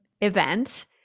event